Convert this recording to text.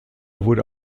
wurde